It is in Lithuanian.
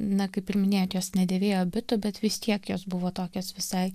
na kaip ir minėjot jos nedėvėjo abitų bet vis tiek jos buvo tokios visai